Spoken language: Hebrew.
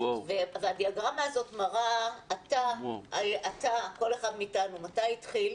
הדיאגרמה הזאת מראה, כל אחד מאיתנו, מתי התחיל,